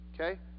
Okay